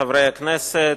חברי הכנסת,